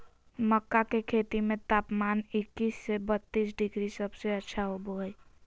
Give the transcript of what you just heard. मक्का के खेती में तापमान इक्कीस से बत्तीस डिग्री सबसे अच्छा होबो हइ